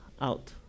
out